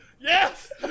Yes